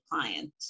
client